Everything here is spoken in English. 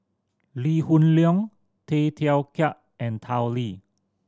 Lee Hoon Leong Tay Teow Kiat and Tao Li